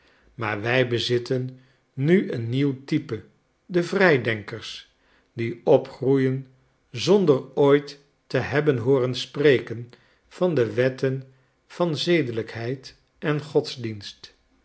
maar wij bezitten nu een nieuw type de vrijdenkers die opgroeien zonder ooit te hebben hooren spreken van de wetten van zedelijkheid en godsdienst